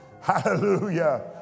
Hallelujah